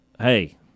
hey